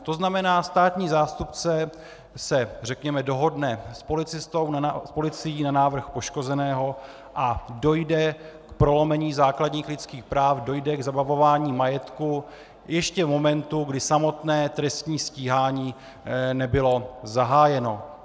To znamená, státní zástupce se, řekněme, dohodne s policistou, s policií, na návrh poškozeného a dojde k prolomení základních lidských práv, dojde k zabavování majetku ještě v momentě, kdy samotné trestní stíhání nebylo zahájeno.